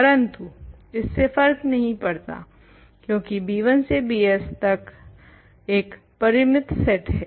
परन्तु इससे फर्क नहीं पड़ता क्यूंकि b1 से bs तक एक परिमित सेट है